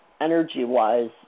energy-wise